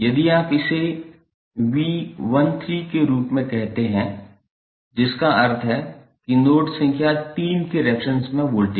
यदि आप इसे 𝑉13 के रूप में कहते हैं जिसका अर्थ है कि नोड संख्या 3 के रेफेरेंस में वोल्टेज